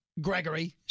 Gregory